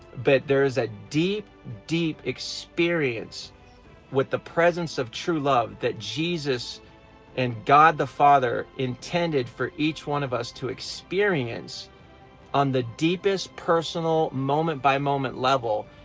but there is a deep, deep experience with the presence of true love that jesus and god the father intended for each one of us to experience on the deepest personal, moment-by-moment level.